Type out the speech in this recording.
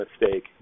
mistake